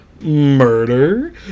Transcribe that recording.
murder